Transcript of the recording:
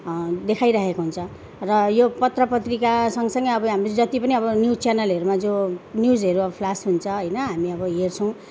देखाइरहेको हुन्छ र यो पत्रपत्रिका सँगसँगै अब हामी जति पनि अब न्युज च्यानलहरूमा जो न्युजहरू अब फ्लास हुन्छ होइन हामी अब हेर्छौँ